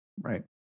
Right